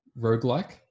Roguelike